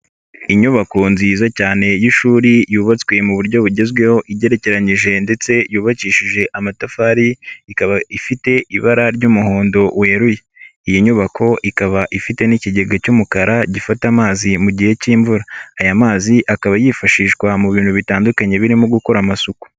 Inyubako nziza cyane y'ishuri yubatswe mu buryo bugezweho igerekeyije ndetse yubakishije amatafari, ikaba ifite ibara ry'umuhondo weruye. Iyi nyubako ikaba ifite n'ikigega cy'umukara gifata amazi mu gihe k'imvura. Aya mazi akaba yifashishwa mu bintu bitandukanye birimo gu gukora amasuku.